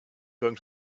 going